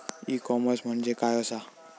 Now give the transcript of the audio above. E commerce म्हणजे काय असा?